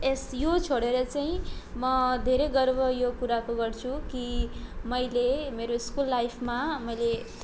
यस यो छोडेर चाहिँ म धेरै गर्व यो कुराको गर्छु कि मैले मेरो स्कुल लाइफमा मैले